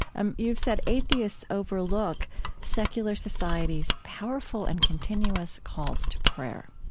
um you've said atheists overlook secular society's powerful and continuous calls to prayer